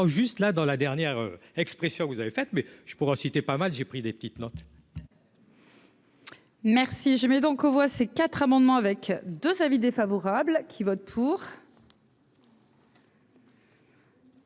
juste la dans la dernière expression que vous avez fait, mais je pourrais en citer pas mal, j'ai pris des petites notes. Merci, je mets donc aux voix ces quatre amendements avec 2 avis défavorables qui vote pour.